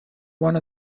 one